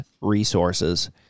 resources